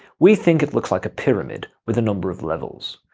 we think it looks like a pyramid with a number of levels.